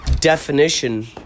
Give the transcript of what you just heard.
definition